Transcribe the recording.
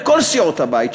מכל סיעות הבית,